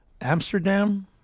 Amsterdam